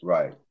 Right